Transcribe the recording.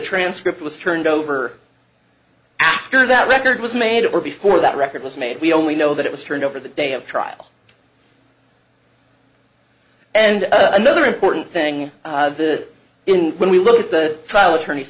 transcript was turned over after that record was made or before that record was made we only know that it was turned over the day of trial and another important thing in when we look at the trial attorneys